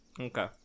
Okay